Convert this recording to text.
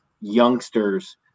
youngsters